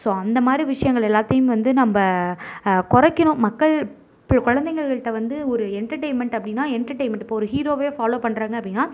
so அந்தமாதிரி விஷயங்கள் எல்லாத்தையும் வந்து நம்ம குறைக்கணும் மக்கள் குழந்தைங்கள்ட்ட வந்து ஒரு என்டர்டைமெண்ட் அப்படினா என்டர்டைமெண்ட் இப்போ ஒரு ஹீரோவே ஃபாலோ பண்ணுறாங்க அப்படினா